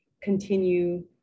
continue